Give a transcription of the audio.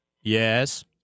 Yes